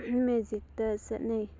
ꯃꯦꯖꯤꯛꯇ ꯆꯠꯅꯩ